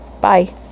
Bye